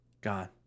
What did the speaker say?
God